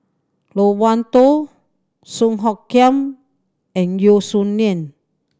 Loke Wan Tho Song Hoot Kiam and Yeo Song Nian